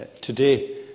today